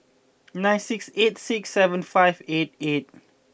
nine six eight six seven five eight eight